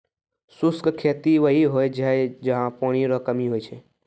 शुष्क खेती वहीं होय छै जहां पानी केरो कमी होय छै